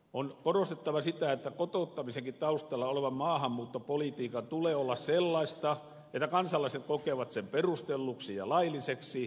on korostettava sitä että kotouttamisenkin taustalla olevan maahanmuuttopolitiikan tulee olla sellaista että kansalaiset kokevat sen perustelluksi ja lailliseksi